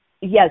yes